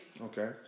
Okay